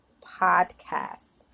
Podcast